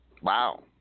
Wow